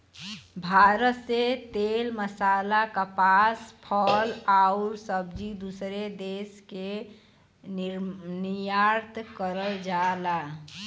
भारत से तेल मसाला कपास फल आउर सब्जी दूसरे देश के निर्यात करल जाला